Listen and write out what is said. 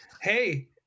Hey